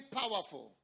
powerful